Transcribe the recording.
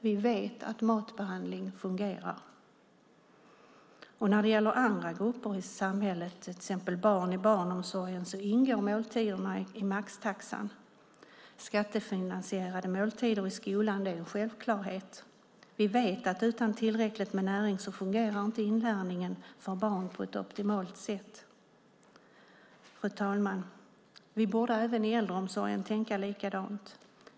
Vi vet att matbehandling fungerar. När det gäller andra grupper i samhället, till exempel barn i barnomsorgen, ingår måltiderna i maxtaxan. Skattefinansierade måltider i skolan är en självklarhet. Vi vet att utan tillräckligt med näring fungerar inte inlärningen hos barn på ett optimalt sätt. Fru talman! Vi borde tänka likadant i äldreomsorgen.